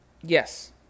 Yes